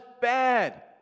bad